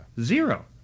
Zero